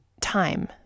time